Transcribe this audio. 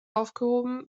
aufgehoben